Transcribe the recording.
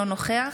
אינו נוכח